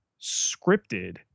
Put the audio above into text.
scripted